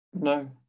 No